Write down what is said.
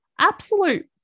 Absolute